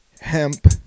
hemp